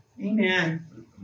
Amen